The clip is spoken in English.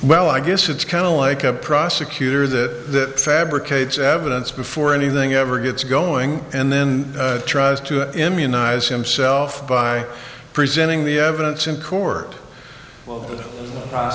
well i guess it's kind of like a prosecutor that fabricates evidence before anything ever gets going and then tries to immunize himself by presenting the evidence in court or well